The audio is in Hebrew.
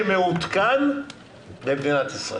שמעודכן במדינת ישראל,